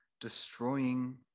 destroying